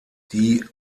die